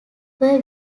were